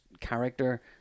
character